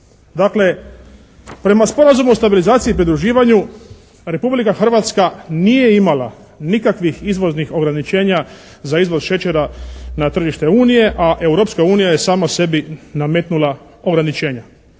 Dakle prema Sporazumu o stabilizaciji i pridruživanju Republika Hrvatska nije imala nikakvih izvoznih ograničenja za izvoz šećera na tržište Unije, a Europska unija je sama sebi nametnula ograničenja.